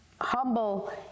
humble